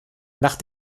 nach